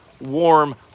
warm